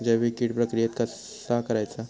जैविक कीड प्रक्रियेक कसा करायचा?